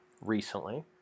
recently